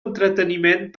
entreteniment